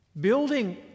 Building